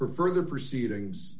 for further proceedings